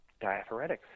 diaphoretics